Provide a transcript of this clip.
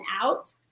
out